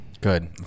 good